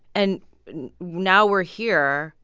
and now we're here.